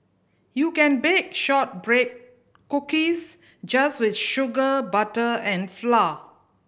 you can bake shortbread cookies just with sugar butter and flour